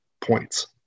points